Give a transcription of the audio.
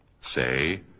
Say